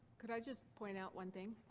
could i just point out one thing?